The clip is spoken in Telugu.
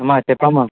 అమ్మ చెప్పమ్మా